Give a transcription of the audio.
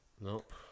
Nope